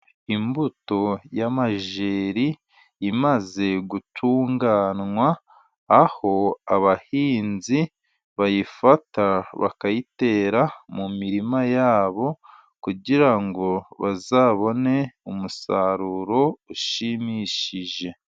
Imbuto y'amajeri imaze gutunganywa, aho abahinzi bayifata bakayitera mu mirima yabo kugira ngo bazabone umusaruro ushimishije.